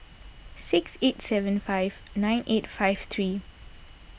six eight seven five nine eight five three